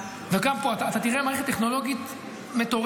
וגם פה אתה תראה מערכת טכנולוגית מטורפת,